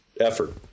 effort